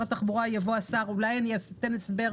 אין יותר מדי זמן.